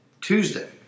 Tuesday